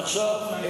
זה לא בזכותך.